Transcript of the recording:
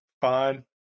fine